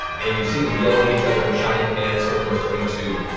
and you see them yelling at each other and shouting commands. some of them are starting to